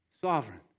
sovereign